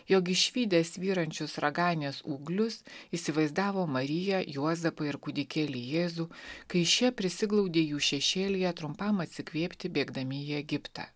jog išvydę svyrančius raganės ūglius įsivaizdavo mariją juozapą ir kūdikėlį jėzų kai šie prisiglaudė jų šešėlyje trumpam atsikvėpti bėgdami į egiptą